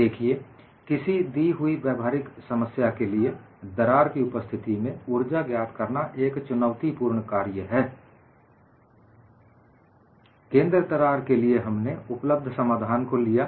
देखिए किसी दी हुई व्यवहारिक समस्या के लिए दरार की उपस्थिति में ऊर्जा ज्ञात करना एक चुनौतीपूर्ण कार्य है केंद्र दरार के लिए हमने उपलब्ध समाधान को लिया